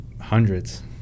Hundreds